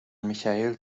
michael